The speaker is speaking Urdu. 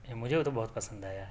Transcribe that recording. مجھے تو بہت پسند آیا ہے